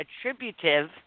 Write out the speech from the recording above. attributive